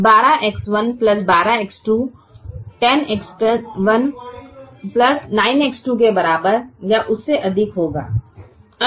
इसलिए 12X1 12X2 10X1 9X2 के बराबर या उससे अधिक होगा